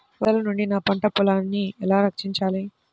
వరదల నుండి నా పంట పొలాలని ఎలా రక్షించాలి?